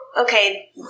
okay